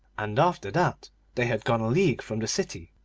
and after that they had gone a league from the city,